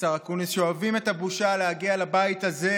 השר אקוניס, שואבים את הבושה להגיע לבית הזה